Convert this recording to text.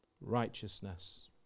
Righteousness